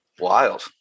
Wild